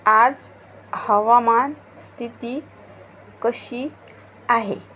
आज हवामान स्थिती कशी आहे